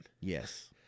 Yes